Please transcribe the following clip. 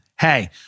Hey